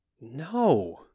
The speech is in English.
No